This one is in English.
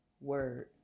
word